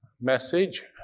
message